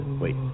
Wait